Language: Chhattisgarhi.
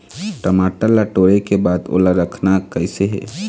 टमाटर ला टोरे के बाद ओला रखना कइसे हे?